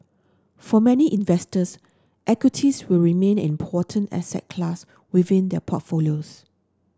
for many investors equities will remain important asset class within their portfolios